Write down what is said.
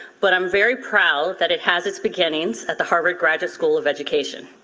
but i'm very proud that it has its beginnings at the harvard graduate school of education.